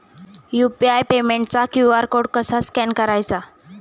UPI पेमेंटचा QR code कसा scan करायचा?